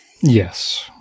Yes